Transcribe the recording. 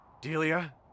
delia